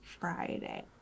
Friday